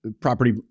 property